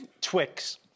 Twix